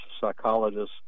psychologists